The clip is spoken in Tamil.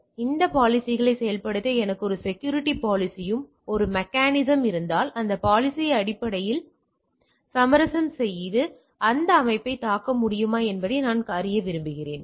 எனவே அந்தக் பாலிஸிகளைச் செயல்படுத்த எனக்கு ஒரு செக்யூரிட்டி பாலிஸியும் ஒரு மெக்கானிசம்ஸ் இருந்தால் இந்த பாலிஸியை அடிப்படையில் சமரசம் செய்து இந்த அமைப்பைத் தாக்க முடியுமா என்பதை நான் அறிய விரும்புகிறேன்